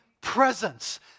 presence